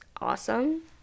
awesome